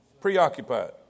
Preoccupied